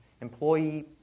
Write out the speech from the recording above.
employee